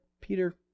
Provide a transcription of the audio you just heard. Peter